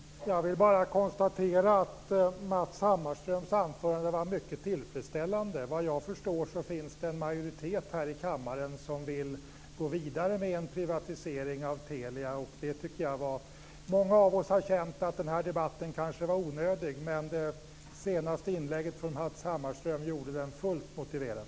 Fru talman! Jag vill bara konstatera att Matz Hammarströms anförande var mycket tillfredsställande. Vad jag förstår finns det en majoritet i kammaren som vill gå vidare med en privatisering av Telia. Många av oss har känt att den här debatten kanske var onödig, men det senaste inlägget från Matz Hammarström gjorde den fullt motiverad.